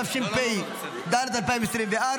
התשפ"ה 2024,